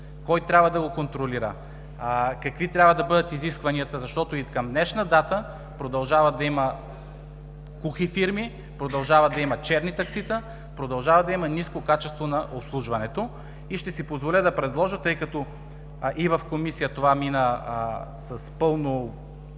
кой трябва да го контролира, какви трябва да бъдат изискванията, защото и към днешна дата продължава да има кухи фирми, продължава да има черни таксита, продължава да има ниско качество на обслужването. И ще си позволя да предложа, тъй като и в Комисия това мина с пълно